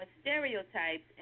stereotypes